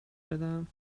بدم